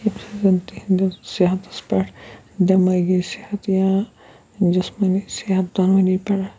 ییٚمہِ سۭتۍ تِہِنٛدِس صحتَس پٮ۪ٹھ دٮ۪مٲغی صحت یا جِسمٲنی صحت دۄنؤنی پٮ۪ٹھ